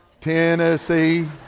Tennessee